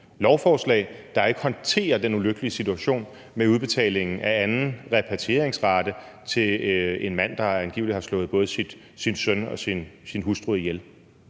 lovforslag, der ikke håndterer den ulykkelige situation med udbetalingen af anden repatrieringsrate til en mand, der angiveligt har slået både sin søn og sin hustru ihjel?